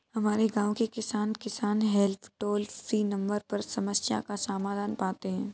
हमारे गांव के किसान, किसान हेल्प टोल फ्री नंबर पर समस्या का समाधान पाते हैं